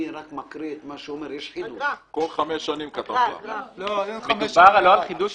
לא מדובר על חידוש,